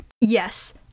Yes